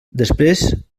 després